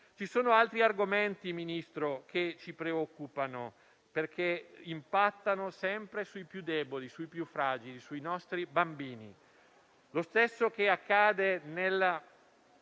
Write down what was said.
Ci sono altri argomenti, Ministro, che ci preoccupano, perché impattano sempre sui più deboli, sui più fragili e sui nostri bambini. Quanto accade in